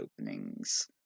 openings